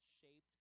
shaped